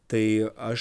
tai aš